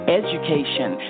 education